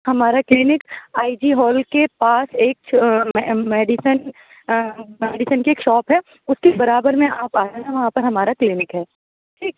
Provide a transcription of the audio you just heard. ہمارا clinic I G hall کے پاس ایک میڈیسن میڈیسن کی ایک شاپ ہے اُس کے برابر میں آپ آ جانا وہاں پر ہمارا کلینک ہے ٹھیک